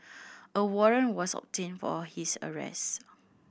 a warrant was obtained for his arrest